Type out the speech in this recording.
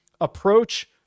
approach